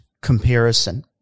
comparison